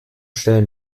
stellen